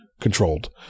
controlled